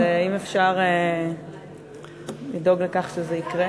אם אפשר לדאוג לכך שזה יקרה.